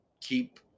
keep